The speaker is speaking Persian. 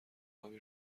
ابی